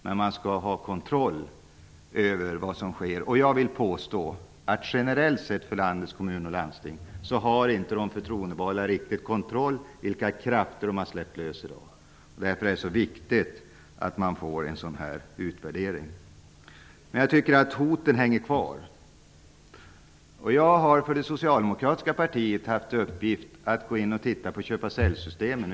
Men man skall ha kontroll över vad som sker, och jag vill påstå att generellt sett i landets kommuner och landsting har inte de förtroendevalda riktigt kontroll över vilka krafter de har släppt lösa. Därför är det så viktigt med en sådan här utvärdering. Men jag tycker att hoten hänger kvar. Jag har inom det socialdemokratiska partiet haft till uppgift att gå in och titta på köpa--sälj-systemen.